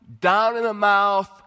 down-in-the-mouth